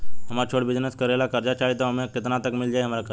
हमरा छोटा बिजनेस करे ला कर्जा चाहि त ओमे केतना तक मिल जायी हमरा कर्जा?